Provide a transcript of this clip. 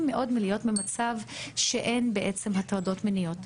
מאוד מלהיות במצב שאין הטרדות מיניות.